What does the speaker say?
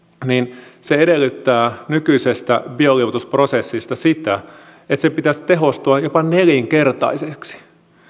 niin se edellyttää nykyiseltä bioliuotusprosessilta sitä että sen pitäisi tehostua jopa nelinkertaiseksi